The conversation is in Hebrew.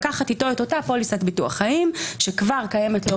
לקחת איתו את אותה פוליסת ביטוח חיים שכבר קיימת לו